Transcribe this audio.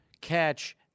catch